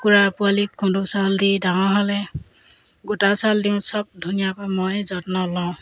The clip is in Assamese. কুকুৰা পোৱালিক খুন্দ চাউল দি ডাঙৰ হ'লে গোটা চাউল দিওঁ চব ধুনীয়াকৈ মই যত্ন লওঁ